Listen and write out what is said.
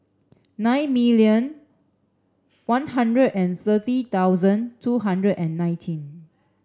nine million one hundred and thirty thousand two hundred and nineteen